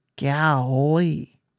Golly